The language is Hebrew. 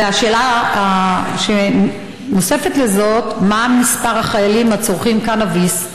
ושאלה נוספת על זאת: מה מספר החיילים הצורכים קנאביס,